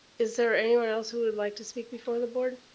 is there anyone else who would like to speak before the board?